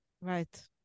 Right